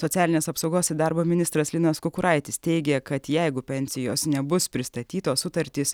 socialinės apsaugos ir darbo ministras linas kukuraitis teigė kad jeigu pensijos nebus pristatytos sutartys